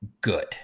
good